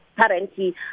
currently